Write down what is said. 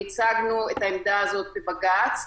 והצגנו את העמדה הזאת בבג"ץ.